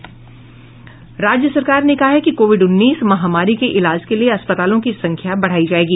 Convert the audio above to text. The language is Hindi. राज्य सरकार ने कहा है कि कोविड उन्नीस महामारी के इलाज के लिए अस्पतालों की संख्या बढ़ायी जायेगी